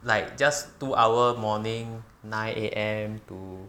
like just two hour morning nine A_M to